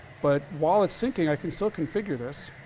but while it's sinking, i can still configure this.